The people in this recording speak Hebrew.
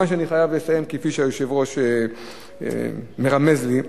מאחר שאני חייב לסיים, כפי שהיושב-ראש מרמז לי,